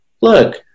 look